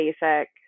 basic